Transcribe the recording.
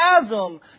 chasm